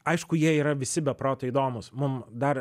aišku jie yra visi be proto įdomūs mum dar